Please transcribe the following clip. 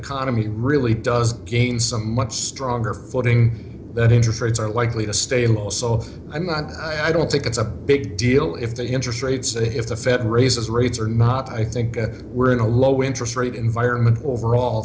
he really does gain some much stronger footing that interest rates are likely to stay low so i'm not i don't think it's a big deal if the interest rates if the fed raises rates or not i think we're in a low interest rate environment overall